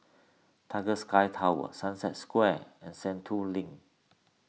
Tiger Sky Tower Sunset Square and Sentul Link